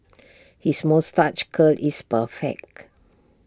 his moustache curl is perfect